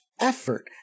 effort